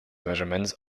measurements